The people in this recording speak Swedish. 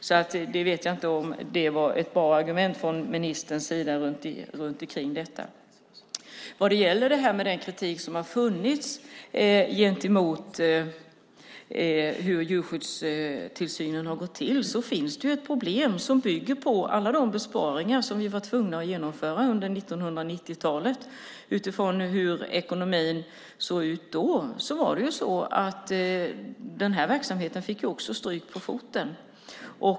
Så jag vet inte om det var ett bra argument från ministerns sida angående detta. Vad det gäller den kritik som har funnits gentemot hur djurskyddstillsynen har gått till finns det ett problem som bygger på alla de besparingar som vi var tvungna att genomföra under 1990-talet. Utifrån hur ekonomin då såg ut fick den här verksamheten också stryka på foten.